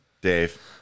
Dave